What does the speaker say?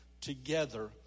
together